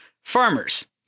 farmers